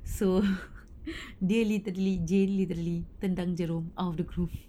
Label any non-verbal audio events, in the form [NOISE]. so [LAUGHS] dale boleh pergi jane boleh pergi tendang jerome out of the roof